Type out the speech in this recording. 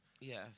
Yes